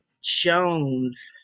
Jones